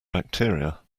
bacteria